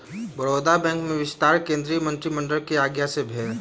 Baroda bank में विस्तार केंद्रीय मंत्रिमंडलक आज्ञा सँ भेल